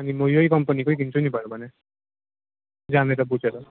अनि म यही कम्पनीकै किन्छु नि भयो भने जानेर बुजेर